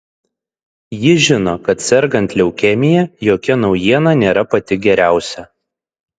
ji žino kad sergant leukemija jokia naujiena nėra pati geriausia